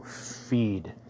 feed